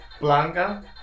Blanca